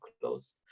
closed